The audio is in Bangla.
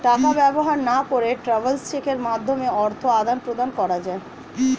টাকা ব্যবহার না করে ট্রাভেলার্স চেকের মাধ্যমে অর্থ আদান প্রদান করা যায়